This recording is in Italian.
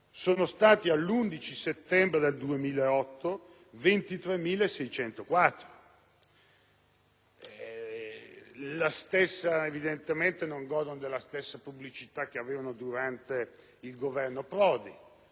2008). Evidentemente, non godono della stessa pubblicità che avevano durante il Governo Prodi, ma questo è un dato di grande difficoltà, rispetto agli annunci delle politiche di contenimento.